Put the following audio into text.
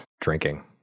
drinking